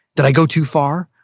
did i go too far?